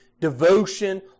devotion